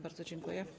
Bardzo dziękuję.